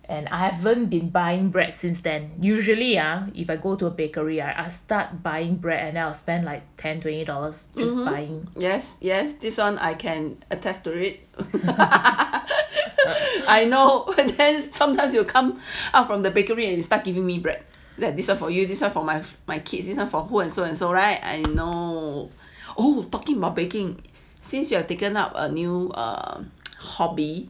hmm yes yes this one I can attest to it I know it depends sometimes you will come out from the bakery and start giving me bread like this one for you this one for my my kids this one for who and so it's all right I know oh talking about baking since you are taken up a new or hobby